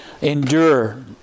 endure